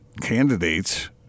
candidates